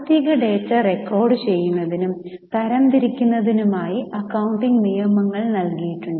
സാമ്പത്തിക ഡാറ്റ റെക്കോർഡുചെയ്യുന്നതിനും തരംതിരിക്കുന്നതിനുമായി അക്കൌണ്ടിംഗ് നിയമങ്ങൾ നൽകിയിട്ടുണ്ട്